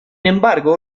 embargo